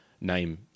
name